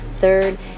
Third